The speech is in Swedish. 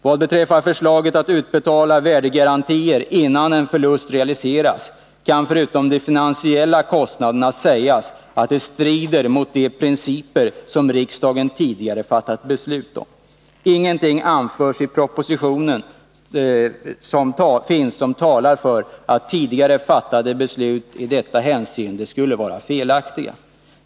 Vad beträffar förslaget att utbetala värdegarantier innan en förlust realiserats kan sägas — förutom invändningen mot de finansiella kostnaderna — att det strider mot de principer som riksdagen tidigare fattat beslut om. Ingenting i propositionen talar för att tidigare fattade beslut i detta hänseende skulle vara felaktiga.